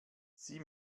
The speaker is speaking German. sie